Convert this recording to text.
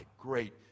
great